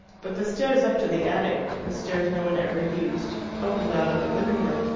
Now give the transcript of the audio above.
but the stairs up to the attic the stairs no one ever used opened out of the living-room,